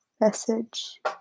message